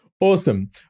Awesome